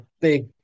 big